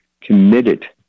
committed